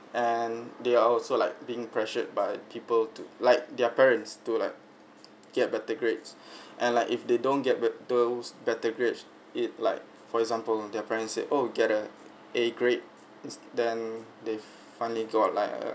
and they are also like being pressured by people to like their parents to like get better grades and like if they don't get those better grades it like for example their parents say oh get a A grade then they've finally got like a